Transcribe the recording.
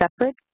separate